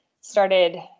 started